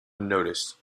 unnoticed